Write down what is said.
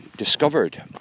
discovered